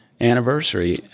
anniversary